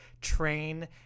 train